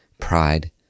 pride